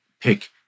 pick